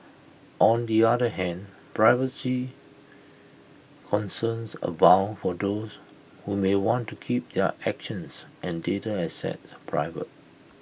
on the other hand privacy concerns abound for those who may want to keep their actions and data assets private